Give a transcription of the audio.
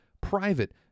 private